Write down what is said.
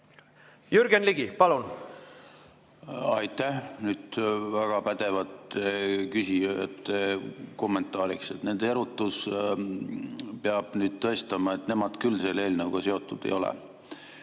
Jürgen Ligi, palun! Aitäh! Need väga pädevad küsijad ... Kommentaariks: nende erutus peab nüüd tõestama, et nemad küll selle eelnõuga seotud ei ole.